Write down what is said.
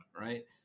Right